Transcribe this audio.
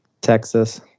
Texas